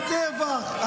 גם טבח,